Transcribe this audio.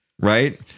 Right